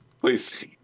Please